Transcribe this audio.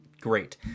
great